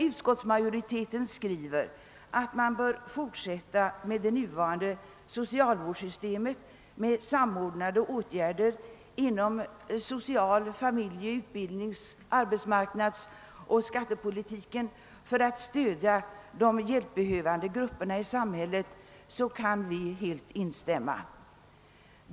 Utskottsmajoriteten skriver att »man bör fortsätta med det nuvarande systemet med samordnade åtgärder inom social-, familje-, utbildnings-, arbetsmarknadsoch skattepolitiken» för att stödja de hjälpbehövande grupperna i samhället. Moderata samlingspartiet kan helt instämma i detta.